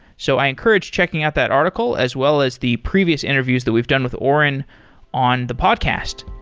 so i encourage checking out that article as well as the previous interviews that we've done with auren on the podcast.